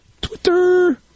Twitter